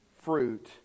fruit